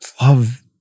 love